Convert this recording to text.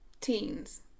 teens